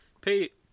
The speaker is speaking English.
Pete